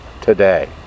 today